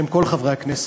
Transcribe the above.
בשם כל חברי הכנסת.